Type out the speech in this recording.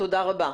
תודה רבה.